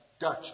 Dutch